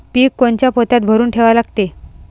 पीक कोनच्या पोत्यात भरून ठेवा लागते?